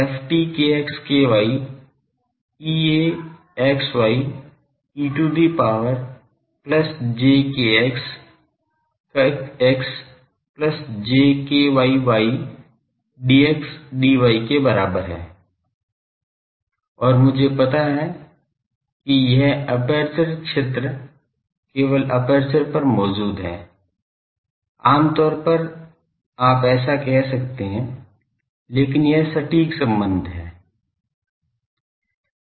ft Ea e to the power plus j kx x plus j ky y dxdy के बराबर है और मुझे पता है कि यह एपर्चर क्षेत्र केवल एपर्चर पर मौजूद है आम तौर पर आप ऐसा कह सकते हैं लेकिन यह सटीक सम्बन्ध है